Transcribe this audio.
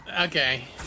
okay